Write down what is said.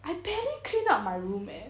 I barely clean uP_My room eh